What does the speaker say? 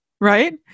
right